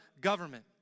government